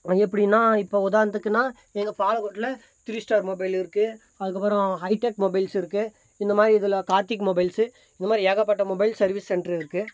அது எப்படின்னா இப்போ உதாரணத்துக்குனா எங்கள் பாலகோட்டில் த்ரீ ஸ்டார் மொபைல் இருக்குது அதுக்கப்புறம் ஹைடெக் மொபைல்ஸ் இருக்குது இந்த மாதிரி இதில் கார்த்திக் மொபைல்ஸ்ஸு இந்த மாதிரி ஏகப்பட்ட மொபைல்ஸ் சர்வீஸ் சென்டரு இருக்குது